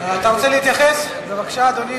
אדוני